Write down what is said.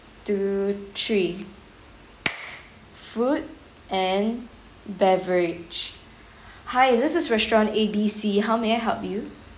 two three food and beverage hi this is restaurant A B C how may I help you